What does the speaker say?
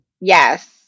yes